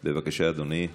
בבקשה, אדוני.